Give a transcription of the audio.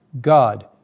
God